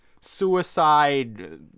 suicide –